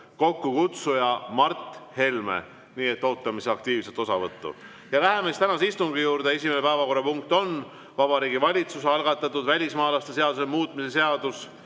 kokkukutsuja Mart Helme. Ootame aktiivset osavõttu. Läheme tänase istungi juurde. Esimene päevakorrapunkt on Vabariigi Valitsuse algatatud välismaalaste seaduse muutmise seaduse